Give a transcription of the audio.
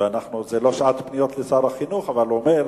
וזו לא שעת פניות לשר החינוך, אבל הוא אומר